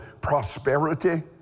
prosperity